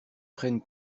prennent